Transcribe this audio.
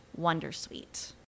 wondersuite